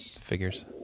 Figures